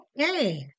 Okay